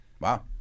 Wow